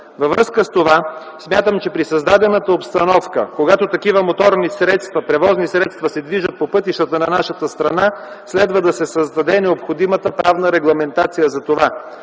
Във връзка с това смятам, че при създадената обстановка, когато такива моторни превозни средства се движат по пътищата на нашата страна, следва да се създаде необходимата правна регламентация за това.